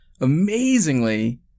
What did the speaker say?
amazingly